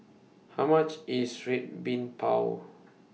How much IS Red Bean Bao